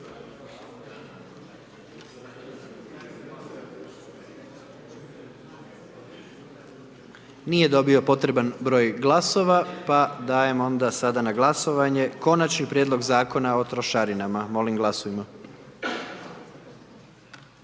Nije dobio potreban broj glasova. Sada dajem na glasovanje Konačni prijedlog Zakona o izmjenama i dopunama